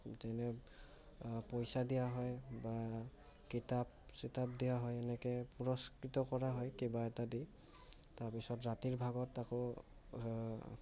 তেনে পইচা দিয়া হয় বা কিতাপ চিতাপ দিয়া হয় এনেকৈ পুৰস্কৃত কৰা হয় কিবা এটা দি তাৰ পিছত ৰাতিৰ ভাগত আকৌ